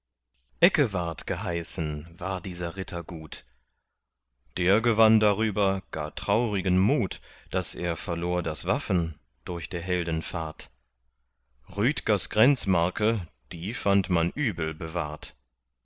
eckewart geheißen war dieser ritter gut der gewann darüber gar traurigen mut daß er verlor das waffen durch der helden fahrt rüdgers grenzmarke die fand man übel bewahrt